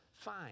fine